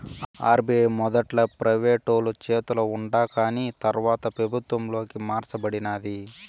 RBI మొదట్ల ప్రైవేటోలు చేతల ఉండాకాని తర్వాత పెబుత్వంలోకి మార్స బడినాది